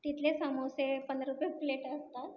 तिथले समोसे पंधरा रुपये प्लेट असतात